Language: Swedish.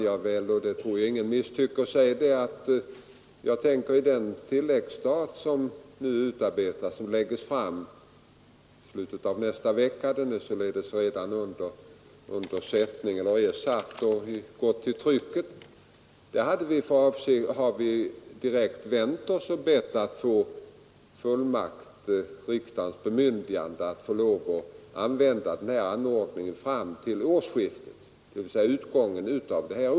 Jag tror ingen misstycker om jag säger att jag i det förslag till tilläggsstat som framläggs i nästa vecka — det är redan under tryckning — anhåller om riksdagens bemyndigande att få använda denna anordning fram till årsskiftet.